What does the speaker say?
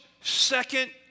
second